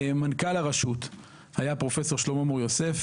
מנכ"ל הרשות באותה תקופה היה פרופ' שלמה מור יוסף.